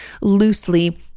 loosely